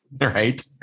right